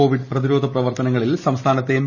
Covid പ്രതിരോധ പ്രവർത്തനങ്ങളിൽ സംസ്ഥാനത്തെ എം